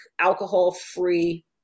alcohol-free